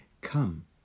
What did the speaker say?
come